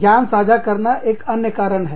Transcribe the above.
ज्ञान साझा करना एक अन्य कारण है